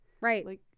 Right